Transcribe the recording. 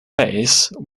face